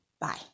Bye